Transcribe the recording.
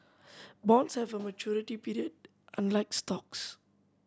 bonds have a maturity period unlike stocks